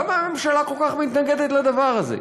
למה הממשלה כל כך מתנגדת לדבר הזה?